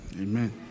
Amen